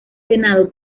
senado